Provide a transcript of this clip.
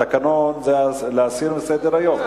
התקנון זה להסיר מסדר-היום.